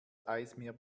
eismeer